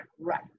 Right